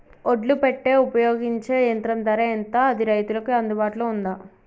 ఒడ్లు పెట్టే ఉపయోగించే యంత్రం ధర ఎంత అది రైతులకు అందుబాటులో ఉందా?